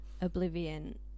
oblivion